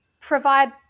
provide